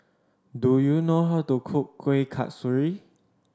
do you know how to cook Kuih Kasturi